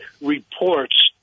reports